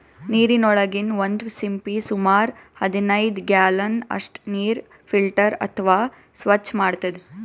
ನೀರಿನೊಳಗಿನ್ ಒಂದ್ ಸಿಂಪಿ ಸುಮಾರ್ ಹದನೈದ್ ಗ್ಯಾಲನ್ ಅಷ್ಟ್ ನೀರ್ ಫಿಲ್ಟರ್ ಅಥವಾ ಸ್ವಚ್ಚ್ ಮಾಡ್ತದ್